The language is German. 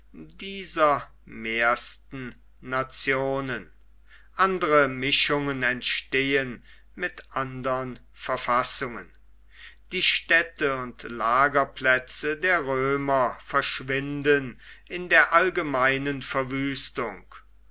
dieser meisten nationen andre mischungen entstehen mit andern verfassungen die städte und lagerplätze der römer verschwinden in der allgemeinen verwüstung